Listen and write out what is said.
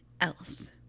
else